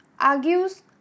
argues